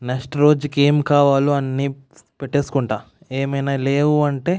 next రోజుకి ఏం కావాలో అన్ని పెట్టేసుకుంటాను ఏమైనా లేవు అంటే